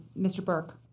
mr. burke.